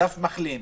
דף מחלים,